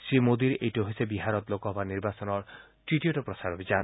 শ্ৰী মোদীৰ এইটো হৈছে বিহাৰত লোকসভা নিৰ্বাচনৰ তৃতীয়টো প্ৰচাৰ অভিযান